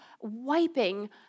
wiping